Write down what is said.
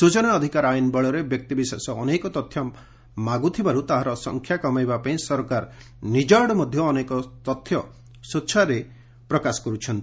ସ୍ୱଚନା ଅଧିକାର ଆଇନ୍ ବଳରେ ବ୍ୟକ୍ତି ବିଶେଷ ଅନେକ ତଥ୍ୟ ମାଗୁଥିବାରୁ ତାହାର ସଂଖ୍ୟା କମାଇବା ପାଇଁ ସରକାର ନିଜ୍ଞାଡୁ ମଧ୍ୟ ଅନେକ ତଥ୍ୟ ସ୍ୱଚ୍ଛାରେ ପ୍ରକାଶ କରୁଛନ୍ତି